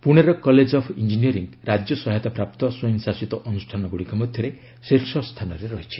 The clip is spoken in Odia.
ପୁଣେର କଲେଜ୍ ଅଫ୍ ଇଞ୍ଜିନିୟରିଂ ରାଜ୍ୟ ସହାୟତା ପ୍ରାପ୍ତ ସ୍ୱୟଂଶାସିତ ଅନୁଷ୍ଠାନଗୁଡ଼ିକ ମଧ୍ୟରେ ଶୀର୍ଷ ସ୍ଥାନରେ ରହିଛି